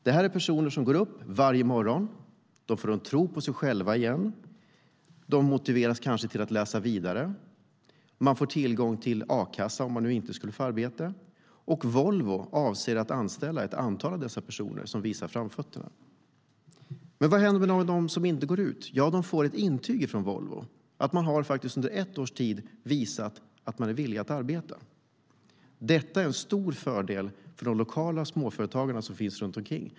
Detta är personer som går upp varje morgon och får en tro på sig själva igen. De motiveras kanske till att läsa vidare, de får tillgång till a-kassa om de inte skulle få arbete och Volvo avser att anställa ett antal av dessa personer som visar framfötterna. Vad händer med dem som inte går ut? De får ett intyg från Volvo att de under ett års tid varit villiga att arbeta. Detta är en stor fördel för de lokala småföretagen runt omkring.